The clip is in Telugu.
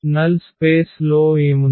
నల్ స్పేస్ లో ఏముంది